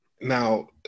Now